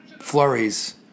flurries